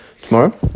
tomorrow